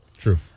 True